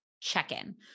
check-in